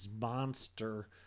monster